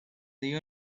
the